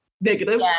negative